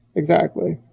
exactly.